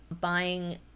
buying